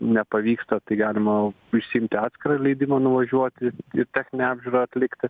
nepavyksta tai galima išsiimti atskirą leidimą nuvažiuoti techninę apžiūrą atlikti